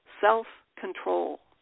self-control